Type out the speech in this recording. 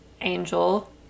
angel